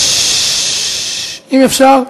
אם אפשר.